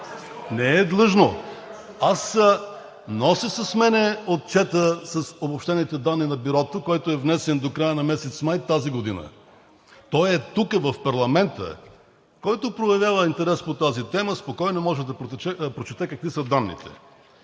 Не е длъжно! Аз нося с мен Отчета с обобщените данни на Бюрото, който е внесен до края на месец май тази година, той е тук, в парламента. Който проявява интерес по тази тема, спокойно може да прочете какви са данните,